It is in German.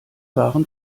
waren